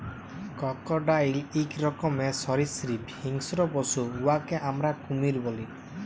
crocodile ইক রকমের সরীসৃপ হিংস্র পশু উয়াকে আমরা কুমির ব্যলি